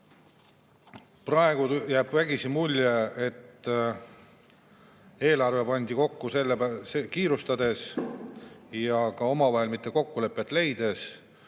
Praegu jääb vägisi mulje, et eelarve pandi kokku kiirustades ja ka omavahel kokkulepet mitte